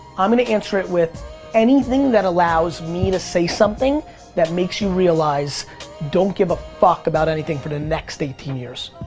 i'm gonna answer it with anything that allows me to say something that makes you realize don't give a fuck about anything for the next eighteen years.